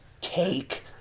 take